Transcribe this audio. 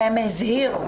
שהם הזהירו,